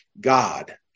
God